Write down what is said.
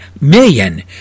million